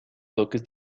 toques